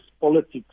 politics